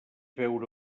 veure